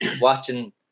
watching